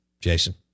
Jason